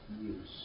use